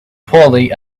poorly